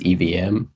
EVM